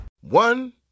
One